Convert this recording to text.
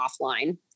offline